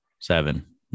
Seven